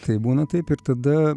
taip būna taip ir tada